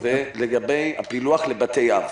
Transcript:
מה לגבי הפילוח לבתי אב?